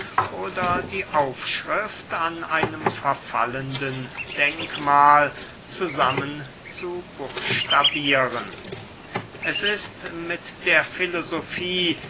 oder die aufschrift an einem verfallenden denkmahl zusammen zu buchstabieren es ist mit der